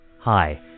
Hi